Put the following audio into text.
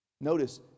Notice